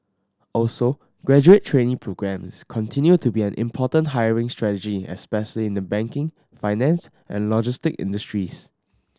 also graduate trainee programmes continue to be an important hiring strategy especially in the banking finance and logistic industries